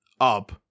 up